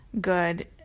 good